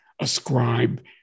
Ascribe